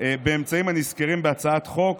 באמצעים הנזכרים בהצעת החוק,